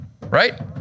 right